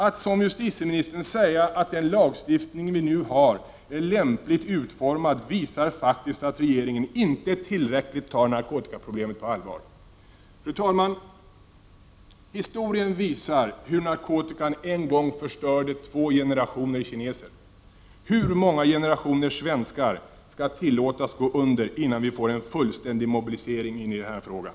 Att som justitieministern säga att den lagstiftning som vi nu har är lämpligt utformad visar faktiskt att regeringen inte tillräckligt tar narkotikaproblemet på allvar. Fru talman! I historien kan vi se hur narkotikan en gång förstörde två generationer kineser. Hur många generationer svenskar skall tillåtas gå under innan vi får en fullständig mobilisering i den här frågan?